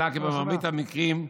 העלה כי במרבית המקרים,